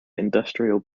industrial